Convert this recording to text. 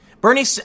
Bernie